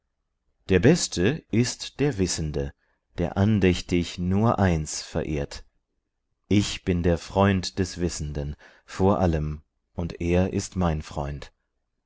der beste ist der wissende der andächtig nur eins verehrt ich bin der freund des wissenden vor allem und er ist mein freund